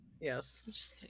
Yes